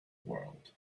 world